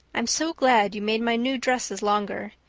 i'm so glad you made my new dresses longer.